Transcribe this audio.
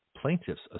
Plaintiffs